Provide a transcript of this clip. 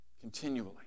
continually